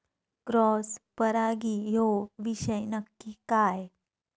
Cross परागी ह्यो विषय नक्की काय?